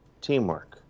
Teamwork